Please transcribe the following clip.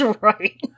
right